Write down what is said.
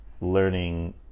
learning